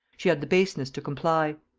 she had the baseness to comply.